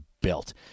built